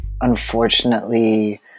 unfortunately